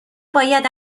باید